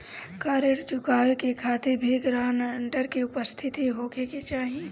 का ऋण चुकावे के खातिर भी ग्रानटर के उपस्थित होखे के चाही?